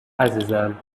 عزیزم